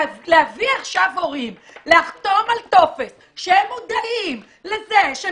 להביא עכשיו הורים לחתום על טופס שהם מודעים לזה,